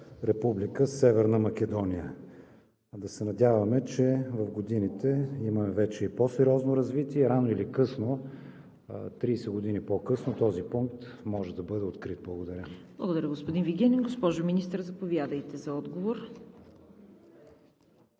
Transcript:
Република Северна Македония? Да се надяваме, че в годините има вече и по-сериозно развитие. Рано или късно, 30 години по-късно, този пункт може да бъде открит. Благодаря. ПРЕДСЕДАТЕЛ ЦВЕТА КАРАЯНЧЕВА: Благодаря, господин Вигенин. Госпожо Министър, заповядайте за отговор.